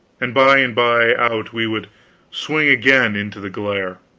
and by and by out we would swing again into the glare.